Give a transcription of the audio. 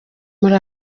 muri